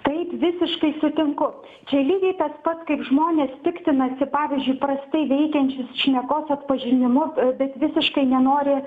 taip visiškai sutinku čia lygiai tas pat kaip žmonės piktinasi pavyzdžiui prastai veikiančius šnekos atpažinimu bet visiškai nenori